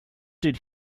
did